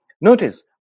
Notice